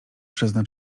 przezna